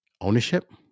ownership